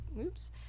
oops